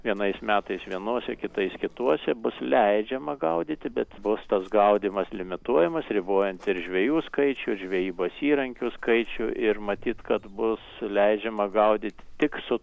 vienais metais vienuose kitais kituose bus leidžiama gaudyti bet bus tas gaudymas limituojamas ribojant ir žvejų skaičių ir žvejybos įrankių skaičių ir matyt kad bus leidžiama gaudyti tik su